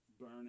burn